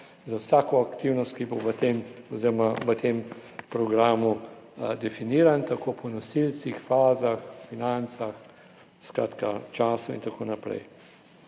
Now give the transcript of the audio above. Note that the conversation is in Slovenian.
za vsako aktivnost, ki bo v tem programu definirana po nosilcih, fazah, financah, času in tako naprej.